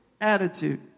attitude